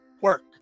work